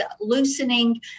loosening